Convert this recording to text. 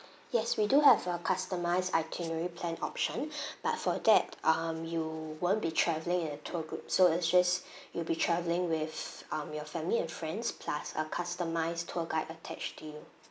yes we do have a customise itinerary plan option but for that um you won't be travelling in a tour group so it's just you'll be travelling with um your family and friends plus a customised tour guide attached to you